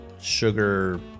sugar